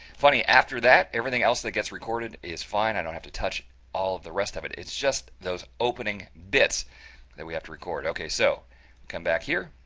funny, after that, everything else that gets recorded is fine. i don't have to touch all the rest of it, it's just those opening bits that we have to record. okay, so come back here,